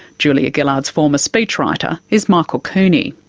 julia gillard's former speechwriter is michael cooney.